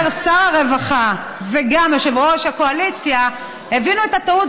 שר הרווחה וגם יושב-ראש הקואליציה הבינו את הטעות,